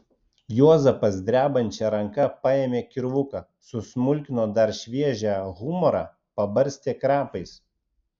juozapas drebančia ranka paėmė kirvuką susmulkino dar šviežią humorą pabarstė krapais